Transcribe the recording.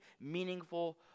meaningful